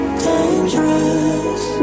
dangerous